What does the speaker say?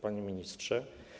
Panie Ministrze!